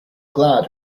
glad